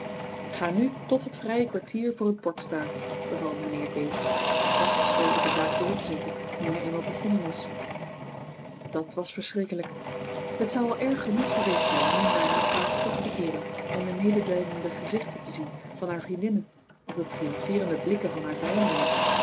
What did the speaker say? ga nu tot het vrije kwartier voor het bord staan beval mijnheer davis vast besloten de zaak door te zetten nu hij eenmaal begonnen was dat was verschrikkelijk het zou al erg genoeg geweest zijn nu naar haar plaats terug te keeren en de medelijdende gezichten te zien van haar vriendinnen of de triomfeerende blikken van haar vijandinnen